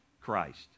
Christ